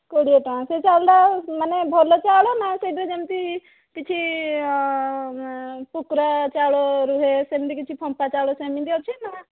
କୋଡ଼ିଏ ଟଙ୍କା ସେଇ ଚାଉଳଟା ମାନେ ଭଲ ଚାଉଳ ନା ସେଇଟା ଯେମିତି କିଛି ପୋକରା ଚାଉଳ ରୁହେ ସେମିତି କିଛି ଫମ୍ପା ଚାଉଳ ସେମିତି ଅଛି ନା